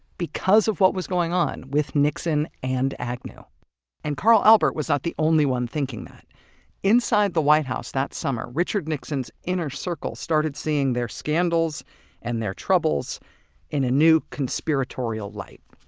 because of what was going on with nixon and agnew and carl albert was not the only one thinking that inside the white house that summer, richard nixon's inner circle started seeing their scandals and their troubles in a new, conspiratorial light.